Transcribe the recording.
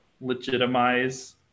legitimize